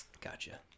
Gotcha